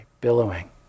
billowing